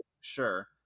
sure